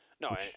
No